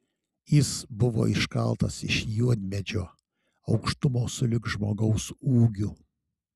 jis buvo iškaltas iš juodmedžio aukštumo sulig žmogaus ūgiu